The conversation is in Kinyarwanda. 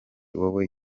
wowe